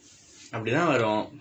அப்படி தான் வரும்:appadi thaan varum